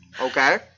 Okay